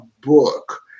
book